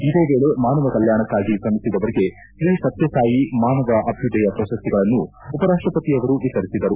ಇದೇ ವೇಳೆ ಮಾನವ ಕಲ್ಗಾಣಕ್ಕಾಗಿ ತ್ರಮಿಸಿದವರಿಗೆ ಶ್ರೀ ಸತ್ಯಸಾಯಿ ಮಾನವ ಅಭ್ಯುದಯ ಪ್ರಶಸ್ತಿಗಳನ್ನು ಉಪರಾಷ್ಷಪತಿಯವರು ವಿತರಿಸಿದರು